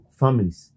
families